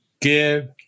Give